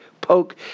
poke